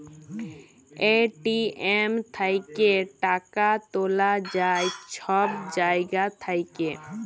ATM থ্যাইকে টাকা তুলা যায় ছব জায়গা থ্যাইকে